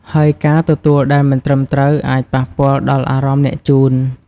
ហើយការទទួលដែលមិនត្រឹមត្រូវអាចប៉ះពាល់ដល់អារម្មណ៍អ្នកជូន។